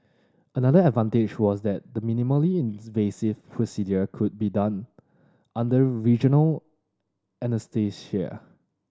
another advantage was that the minimally invasive procedure could be done under regional anaesthesia